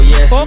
Yes